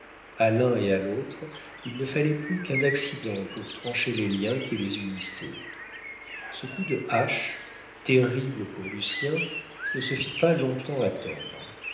l'un et à l'autre il ne fallait plus qu'un accident pour trancher les liens qui les unissaient ce coup de hache terrible pour lucien ne se fit pas long-temps attendre